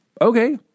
Okay